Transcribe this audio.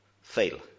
fail